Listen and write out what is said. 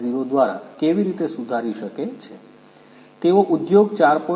0 દ્વારા કેવી રીતે સુધારી શકે છે તેઓ ઉદ્યોગ 4